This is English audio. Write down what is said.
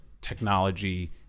technology